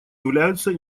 являются